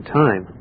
time